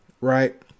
right